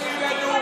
לדיונים.